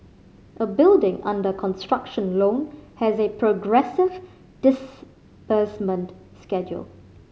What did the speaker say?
a building under construction loan has a progressive disbursement schedule